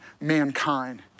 mankind